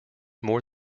more